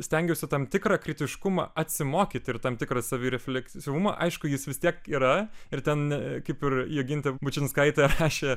stengiausi tam tikrą kritiškumą atsimokyti ir tam tikrą savirefleksiškumą aišku jis vis tiek yra ir ten kaip ir jogintė bučinskaitė rašė